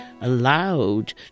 allowed